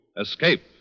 Escape